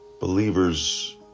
Believers